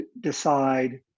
decide